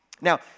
Now